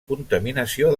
contaminació